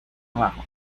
abajo